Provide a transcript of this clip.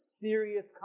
serious